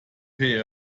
pay